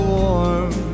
warm